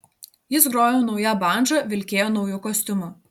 jis grojo nauja bandža vilkėjo nauju kostiumu